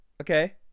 Okay